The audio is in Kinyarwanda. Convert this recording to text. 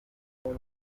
kuki